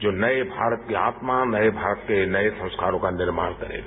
जो नये भारत की आत्मा नये भारत के नये संस्कारों का निर्माण करेगा